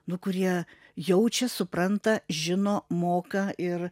nu kurie jaučia supranta žino moka ir